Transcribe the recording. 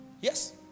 yes